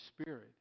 spirit